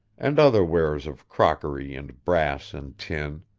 and other wares of crockery and brass and tin,